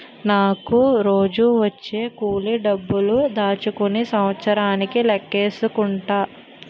నాకు రోజూ వచ్చే కూలి డబ్బులు దాచుకుని సంవత్సరానికి లెక్కేసుకుంటాం